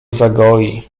zagoi